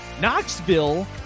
Knoxville